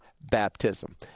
baptism